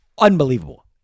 unbelievable